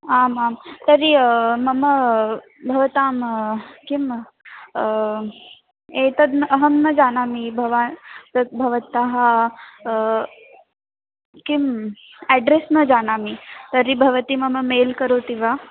आम् आं तर्हि मम भवतां किं एतद् न अहं न जानामि भवान् तत् भवतः किम् एड्रेस् न जानामि तर्हि भवती मम मेल् करोति वा